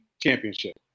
championship